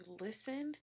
listen